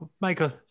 Michael